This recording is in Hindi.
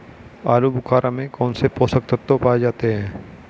आलूबुखारा में कौन से पोषक तत्व पाए जाते हैं?